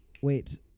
Wait